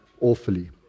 awfully